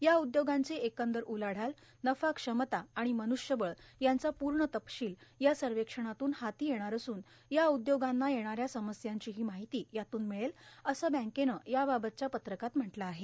या उद्योगांची एकंदर उलाढाल नफाक्षमता र्राण मन्ष्यबळ यांचा पूण तपशील या सवक्षणातून हाती येणार असून या उदयोगांना येणाऱ्या समस्यांचीही माहिती यातून ीमळेल असं बँकेनं याबाबतच्या पत्रकात म्हटलं आहे